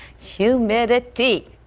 humidity.